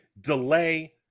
delay